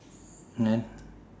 then